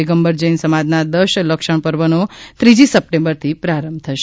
દિગમ્બર જૈન સમાજના દશ લક્ષણ પર્વનો ત્રીજી સપ્ટેમ્બરથી પ્રારંભ થશે